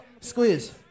Squeeze